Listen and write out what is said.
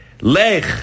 lech